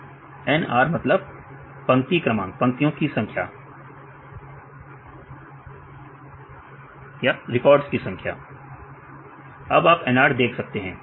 विद्यार्थी पंक्ति क्रमांक पंक्तियों की संख्या विद्यार्थी रिकॉर्ड की संख्या तो आप कर सकते हैं